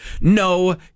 No